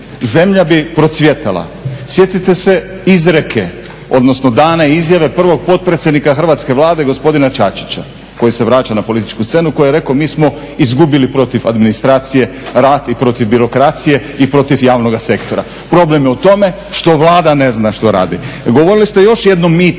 zemlja bi procvjetala. Sjetite se izreke, odnosno dane izjave prvog potpredsjednika Hrvatske Vlade gospodina Čačića koji se vraća na političku scenu, koji je rekao "Mi smo izgubili protiv administracije rat, i protiv birokracije i protiv javnoga sektora." Problem je u tome što Vlada ne zna što radi. Govorili ste još o jednom mitu